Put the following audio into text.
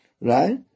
right